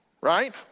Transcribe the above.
right